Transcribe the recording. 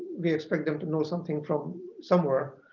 we expect them to know something from somewhere.